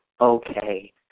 okay